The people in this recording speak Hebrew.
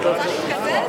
אני לא צריך לשמוע.